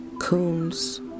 coons